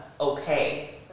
okay